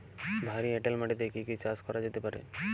ভারী এঁটেল মাটিতে কি কি চাষ করা যেতে পারে?